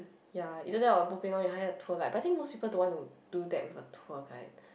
ya either that or bo pian orh you hire a tour guide but I think most people don't want to do that with a tour guide